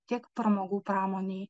tiek pramogų pramonėj